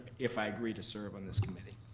if i agree to serve on this committee?